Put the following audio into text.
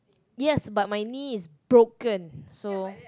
yes but my knee is broken so